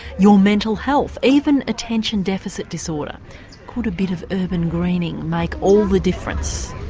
your mental health, even attention deficit disorder could a bit of urban greening make all the difference?